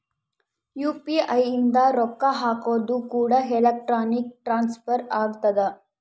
UPI ಇಂದ ರೊಕ್ಕ ಹಕೋದು ಕೂಡ ಎಲೆಕ್ಟ್ರಾನಿಕ್ ಟ್ರಾನ್ಸ್ಫರ್ ಆಗ್ತದ